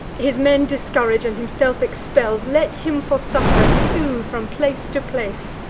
his men discourag'd, and himself expell'd, let him for succor sue from place to place,